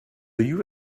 you